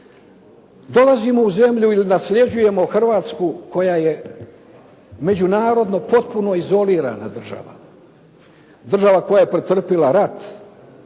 dolazimo u zemlju ili nasljeđujemo Hrvatsku koja je međunarodno potpuno izolirana država. Država koja je pretrpjela rat,